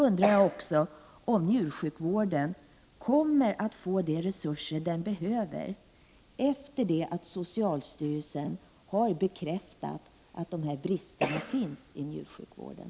Kommer njursjukvården att få de resurser den behöver efter det att socialstyrelsen har bekräftat dessa brister i njursjukvården?